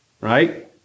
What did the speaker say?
right